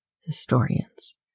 historians